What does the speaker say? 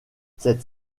cette